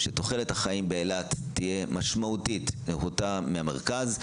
שתוחלת החיים באילת תהיה משמעותית נחותה מהמרכז.